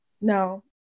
No